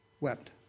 Wept